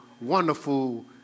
wonderful